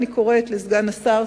אני קוראת לסגן השר,